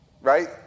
right